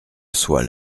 soit